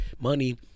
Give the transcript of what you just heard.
money